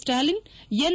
Stalin N